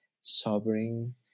sobering